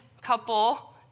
couple